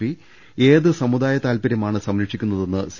P ഏത് സമുദായു താല്പര്യമാണ് സംര ക്ഷിക്കുന്നതെന്ന് സി